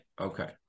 Okay